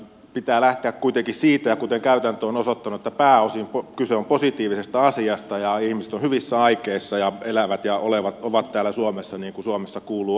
pitää lähteä kuitenkin siitä kuten käytäntö on osoittanut että pääosin kyse on positiivisesta asiasta ja ihmiset ovat hyvissä aikeissa ja elävät ja ovat täällä suomessa niin kuin suomessa kuuluu ollakin